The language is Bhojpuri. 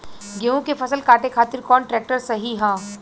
गेहूँ के फसल काटे खातिर कौन ट्रैक्टर सही ह?